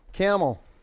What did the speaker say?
Camel